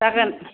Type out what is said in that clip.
जागोन